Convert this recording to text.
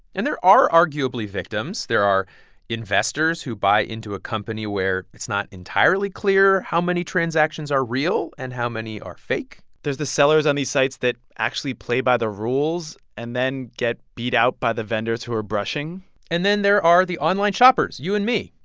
and there are arguably victims. there are investors who buy into a company where it's not entirely clear how many transactions are real and how many are fake there's the sellers on these sites that actually play by the rules and then get beat out by the vendors who are brushing and then there are the online shoppers, you and me,